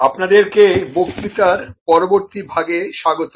আপনাদেরকে বক্তৃতার পরবর্তী ভাগে স্বাগত